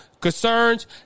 concerns